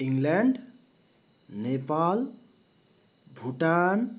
England Nepal Bhutan